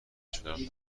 کشورم